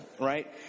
right